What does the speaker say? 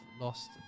lost